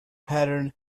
pattern